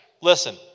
Listen